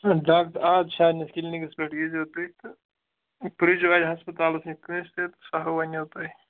دَگ آز کِلنِکَس پٮ۪ٹھ ییٖزیو تُہۍ تہٕ یہِ پِرٛژھزیو اَتہِ ہَسپَتالَس نِش کٲنٛسہِ تہِ تہٕ سُہ ہہ وَنیو تۄہہِ